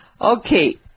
Okay